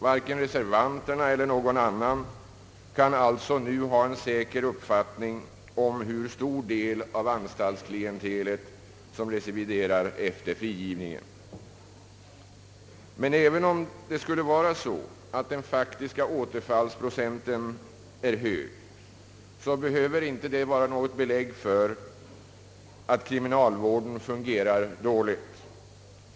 Varken reservanterna eller någon annan kan alltså nu ha en säker uppfattning om hur stor del av anstaltsklientelet som recidiverar efter frigivningen. Även om det skulle vara så, att den faktiska återfallsprocenten är hög, behöver detta inte vara något belägg för att kriminalvården fungerar dåligt.